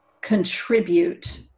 contribute